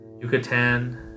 Yucatan